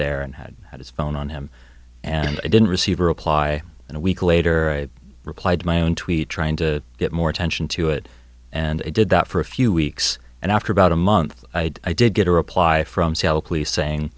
there and had had his phone on him and i didn't receive a reply and a week later i replied my own tweet trying to get more attention to it and it did that for a few weeks and after about a month i did get a reply from sayle police saying